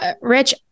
rich